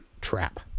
trap